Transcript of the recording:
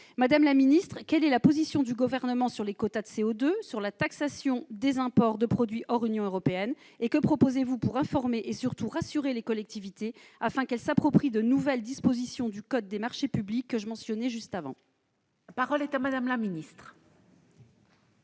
Madame la secrétaire d'État, quelle est la position du Gouvernement sur les quotas de CO2 et sur la taxation des imports de produits hors Union européenne ? Que proposez-vous pour informer et, surtout, rassurer les collectivités, afin qu'elles s'approprient les nouvelles dispositions du code des marchés publics que je viens de mentionner ? La parole est à Mme la secrétaire